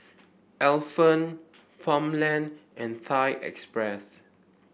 Alpen Farmland and Thai Express